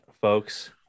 folks